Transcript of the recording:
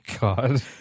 God